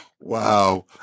Wow